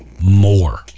more